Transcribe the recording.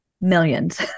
millions